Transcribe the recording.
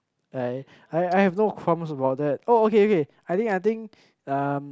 I I I have no comments about that oh okay okay I think um